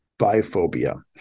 Biphobia